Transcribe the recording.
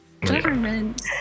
Government